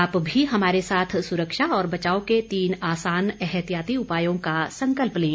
आप भी हमारे साथ सुरक्षा और बचाव के तीन आसान एहतियाती उपायों का संकल्प लें